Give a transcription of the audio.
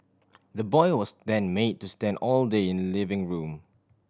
the boy was then made to stand all day in living room